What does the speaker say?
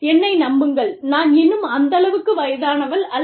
என்னை நம்புங்கள் நான் இன்னும் அந்தளவுக்கு வயதானவள் அல்ல